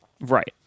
Right